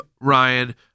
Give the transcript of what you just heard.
Ryan